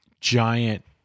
giant